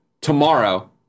tomorrow